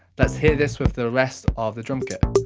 let's hear this with the rest of the drumkit.